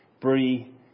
Bree